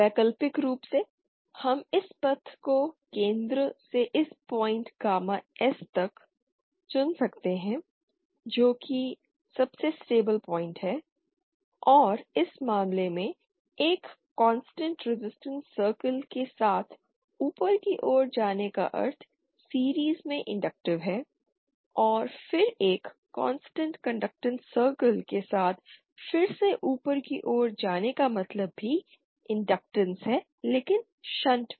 वैकल्पिक रूप से हम इस पथ को केंद्र से इस पॉइंट गामा s तक चुन सकते थे जो कि सबसे स्टेबल पॉइंट है और इस मामले में एक कांस्टेंट रेजिस्टेंस सर्किल के साथ ऊपर की ओर जाने का अर्थ सीरीज़ में इंडक्टिव है और फिर एक कांस्टेंट कंडक्टैंस सर्किल के साथ फिर से ऊपर की ओर जाने का मतलब भी इंडक्टैंस है लेकिन शंट में